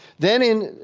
then in,